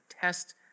test